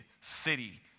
city